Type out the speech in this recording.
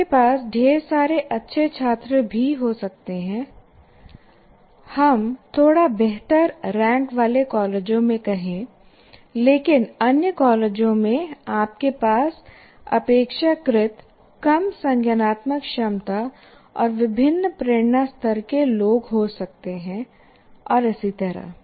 आपके पास ढेर सारे अच्छे छात्र भी हो सकते हैं हम थोड़ा बेहतर रैंक वाले कॉलेजों में कहें लेकिन अन्य कॉलेजों में आपके पास अपेक्षाकृत कम संज्ञानात्मक क्षमता और विभिन्न प्रेरणा स्तर के लोग हो सकते हैं और इसी तरह